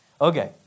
Okay